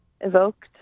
evoked